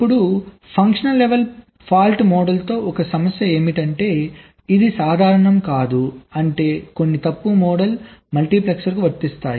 ఇప్పుడు functional level fault మోడల్తో ఒక సమస్య ఏమిటంటే ఇది సాధారణం కాదు అంటే కొన్ని తప్పు మోడల్ మల్టీపెక్సర్కు వర్తిస్తాయి